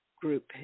group